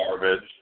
garbage